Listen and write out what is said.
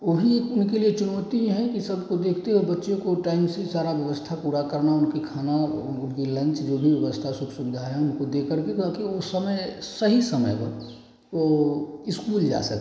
ओ ही उनके लिए चुनौती हैं कि सबको देखते हुए बच्चे को टाइम से सारा व्यवस्था पूरा करना उनकी खाना उनकी लंच जो भी व्यवस्था सुख सुविधा है उनको देकर के ताकि वो समय सही समय पर ओ इस्कूल जा सकें